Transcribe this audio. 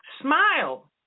Smile